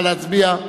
נא להצביע.